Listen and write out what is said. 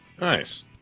Nice